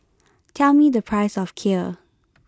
tell me the price of Kheer